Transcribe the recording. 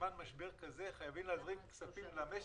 שבזמן משבר כזה חייבים להזרים כספים למשק,